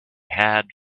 had